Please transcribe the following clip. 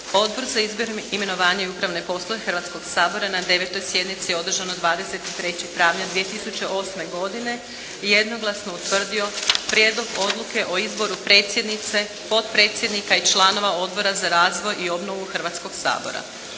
Odbor za izbor, imenovanje i upravne poslove Hrvatskog sabora je na 9. sjednici održanoj 23. travnja 2008. godine jednoglasno utvrdio Prijedlog odluke o izboru predsjednika, potpredsjednika i članova Odbora za rad i socijalno partnerstvo Hrvatskog sabora.